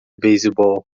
beisebol